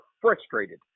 frustrated